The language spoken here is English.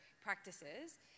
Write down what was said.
practices